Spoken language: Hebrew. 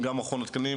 גם ממכון התקנים,